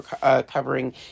covering